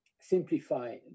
simplify